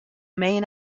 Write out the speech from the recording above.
main